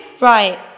Right